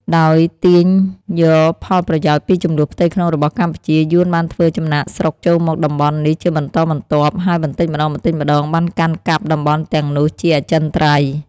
ដោយទាញយកផលប្រយោជន៍ពីជម្លោះផ្ទៃក្នុងរបស់កម្ពុជា យួនបានធ្វើចំណាកស្រុកចូលមកតំបន់នេះជាបន្តបន្ទាប់ ហើយបន្តិចម្តងៗបានកាន់កាប់តំបន់ទាំងនោះជាអចិន្ត្រៃយ៍។